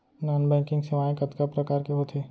non banking सेवाएं कतका प्रकार के होथे